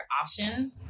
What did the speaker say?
option